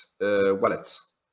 wallets